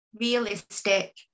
realistic